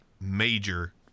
major